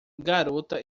garota